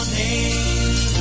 name